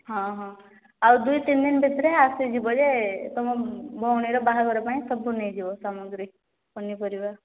ହଁ ହଁ ଆଉ ଦୁଇ ତିନି ଦିନ ଭିତରେ ଆସିଯିବ ଯେ ତମ ଭଉଣୀର ବାହାଘର ପାଇଁ ସବୁ ନେଇଯିବ ସାମଗ୍ରୀ ପନିପରିବା